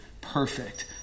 perfect